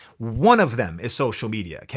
one of them is social media. yeah